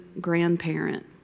grandparent